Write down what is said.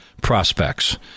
prospects